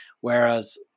Whereas